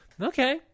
Okay